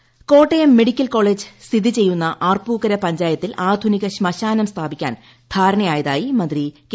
Shailaja Kottayam medical ് college സ്ഥിതിചെയ്യുന്ന ആർപ്പൂക്കര പഞ്ചായത്തിൽ ആധുനിക ശ്മശാനം സ്ഥാപിക്കാൻ ധാരണയായതായി മന്ത്രി കെ